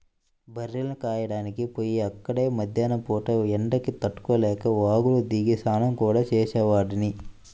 బర్రెల్ని కాయడానికి పొయ్యి అక్కడే మద్దేన్నం పూట ఎండకి తట్టుకోలేక వాగులో దిగి స్నానం గూడా చేసేవాడ్ని